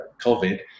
COVID